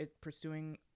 pursuing